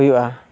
ᱦᱩᱭᱩᱜᱼᱟ